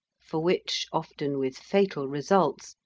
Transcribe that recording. for which, often with fatal results,